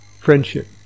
friendship